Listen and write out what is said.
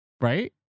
Right